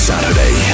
Saturday